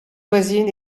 voisine